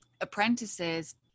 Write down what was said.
apprentices